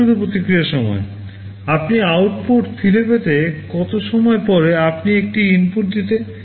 বিলম্বিত প্রতিক্রিয়া সময় আপনি আউটপুট ফিরে পেতে কত সময় পরে আপনি একটি ইনপুট দিতে